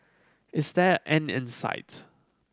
is there an end in sight